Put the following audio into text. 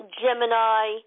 Gemini